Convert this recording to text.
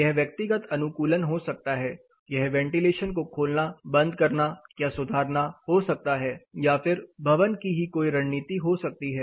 यह व्यक्तिगत अनुकूलन हो सकता है यह वेंटिलेशन को खोलना बंद करना या सुधारना हो सकता है या फिर भवन की ही कोई रणनीति हो सकती है